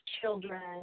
children